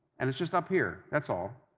and it's just up here, that's all.